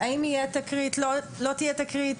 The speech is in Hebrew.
האם תהיה תקרית או לא תהיה תקרית,